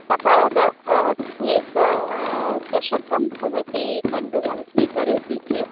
सपाद एकचषकं भवती तण्डुलं स्वीकरोति चेत्